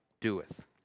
doeth